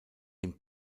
dem